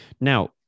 Now